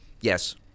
Yes